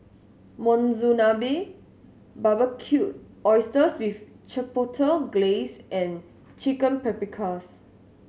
Monsunabe Barbecued Oysters with Chipotle Glaze and Chicken Paprikas